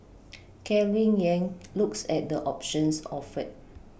Calvin Yang looks at the options offered